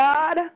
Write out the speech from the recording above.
God